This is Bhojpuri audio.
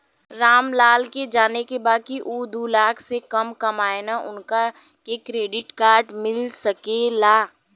राम लाल के जाने के बा की ऊ दूलाख से कम कमायेन उनका के क्रेडिट कार्ड मिल सके ला?